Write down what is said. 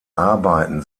arbeiten